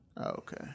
Okay